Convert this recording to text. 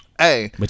hey